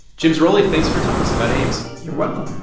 jim zarroli, thanks for telling us about ames you're welcome